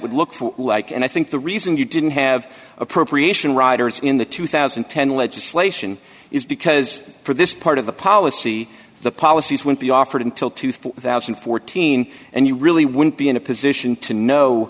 would look like and i thought the reason you didn't have appropriation riders in the two thousand and ten legislation is because for this part of the policy the policies won't be offered until two thousand and fourteen and you really wouldn't be in a position to know